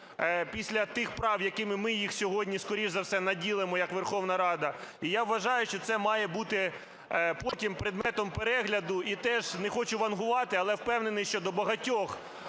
після тих прав, якими ми їх сьогодні, скоріш за все, наділимо як Верховна Рада. І я вважаю, що це має бути потім предметом перегляду і теж, не хочу "вангувати", але впевнений щодо багатьох